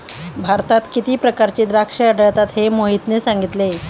भारतात किती प्रकारची द्राक्षे आढळतात हे मोहितने सांगितले